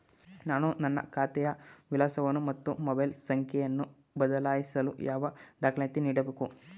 ನಾನು ನನ್ನ ಖಾತೆಯ ವಿಳಾಸವನ್ನು ಮತ್ತು ಮೊಬೈಲ್ ಸಂಖ್ಯೆಯನ್ನು ಬದಲಾಯಿಸಲು ಯಾವ ದಾಖಲೆ ನೀಡಬೇಕು?